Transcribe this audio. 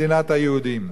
מדינת היהודים?